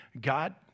God